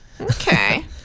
Okay